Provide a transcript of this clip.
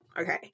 Okay